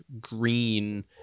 green